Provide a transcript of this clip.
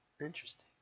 Interesting